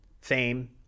fame